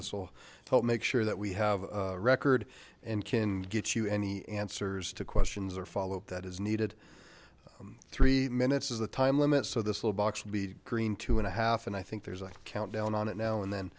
will help make sure that we have a record and can get you any answers to questions or follow up that is needed three minutes is the time limit so this little box would be green two and a half and i think there's a countdown on it now and then